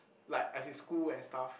like as in school and stuff